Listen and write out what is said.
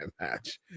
match